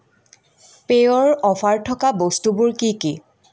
পেয়ৰ offer থকা বস্তুবোৰ কি কি